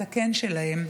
את הקן שלהם.